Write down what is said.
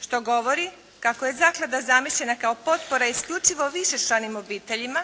što govori kako je zaklada zamišljena kao potpora isključivo višečlanim obiteljima,